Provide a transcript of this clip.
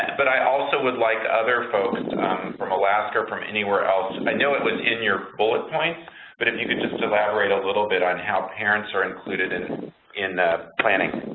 and but i also would like other folks from alaska or from anywhere else um i know it was in your bullet point but if you could just elaborate a little bit on how parents are included in in the planning.